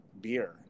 beer